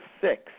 six